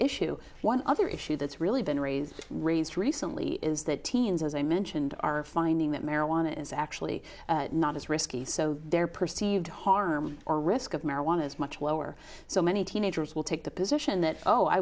issue one other issue that's really been raised raised recently is that teens as i mentioned are finding that marijuana is actually not as risky so they're perceived harm or risk of marijuana as much lower so many teenagers will take the position that oh i